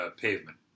Pavement